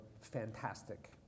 fantastic